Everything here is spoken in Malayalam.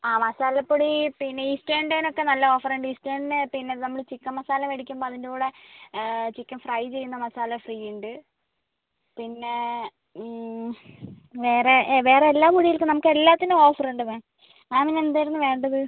ആ മസാലപ്പൊടി പിന്നെ ഈസ്റ്റേണിന്റെ ഒക്കെ നല്ല ഓഫർ ഉണ്ട് ഈസ്റ്റേണിന് പിന്നെ നമ്മൾ ചിക്കൻ മസാല മേടിക്കുമ്പം അതിൻ്റ കൂടെ ചിക്കൻ ഫ്രൈ ചെയ്യുന്ന മസാല ഫ്രീ ഉണ്ട് പിന്നെ വേറെ വേറെ എല്ലാം കൂടി ഇപ്പം നമുക്ക് എല്ലാത്തിനും ഓഫർ ഉണ്ട് മാം മാമിന് എന്തായിരുന്നു വേണ്ടത്